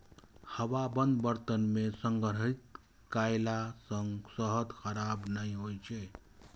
हवाबंद बर्तन मे संग्रहित कयला सं शहद खराब नहि होइ छै